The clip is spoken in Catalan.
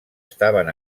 estaven